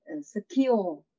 secure